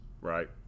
Right